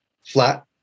flat